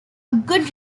good